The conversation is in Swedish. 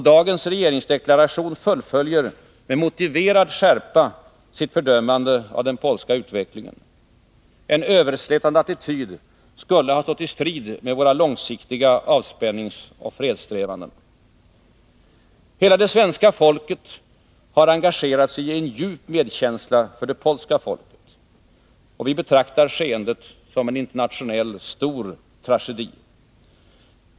Dagens regeringsdeklaration fullföljer med motiverad skärpa sitt fördömande av den polska utvecklingen. En överslätande attityd skulle ha stått i strid med våra långsiktiga avspänningsoch fredssträvanden. Hela det svenska folket har engagerat sig i djup medkänsla för det polska folket. Vi betraktar skeendet som en internationell, stor tragedi.